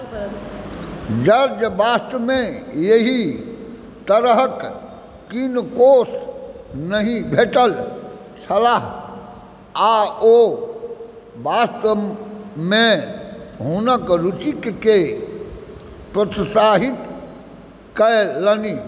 George वास्तवमे एहि तरहक किनकोसँ नहि भेटल छलाह आ ओ वास्तवमे हुनक रुचिकेँ प्रोत्साहित कयलनि